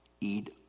eat